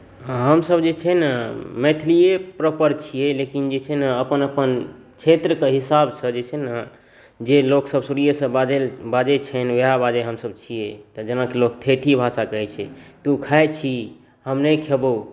हमसभ जे छै ने मैथिलीए प्रॉपर छियै लेकिन जे छै ने अपन अपन क्षेत्रक हिसाबसँ जे छै ने जे लोकसभ शुरुएसँ बाजैत छनि उएह बाजैत हमसभ छियै जेनाकि लोक ठेठी भाषा कहैत छै तू खाइ छीहि हम नहि खैबौ